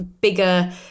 bigger